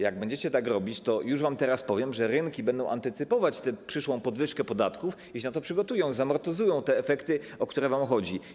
Jak będziecie tak robić, to - już teraz wam to powiem - rynki będą antycypować tę przyszłą podwyżkę podatków i się na to przygotują, zamortyzują te efekty, o które wam chodzi.